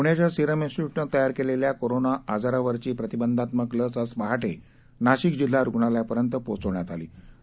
पुण्याच्यासिरमधी स्टिट्यूटनंतयारकेलेल्याकोरोनाआजारावरचीप्रतिबंधात्मकलस आजपहाटेनाशिकजिल्हारुग्णालयापर्यंतपोहोचवण्यातआलीआहे